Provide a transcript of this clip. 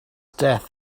death